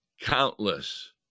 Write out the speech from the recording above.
Countless